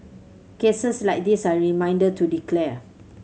cases like this are a reminder to declare